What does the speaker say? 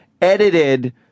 edited